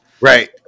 Right